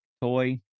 toy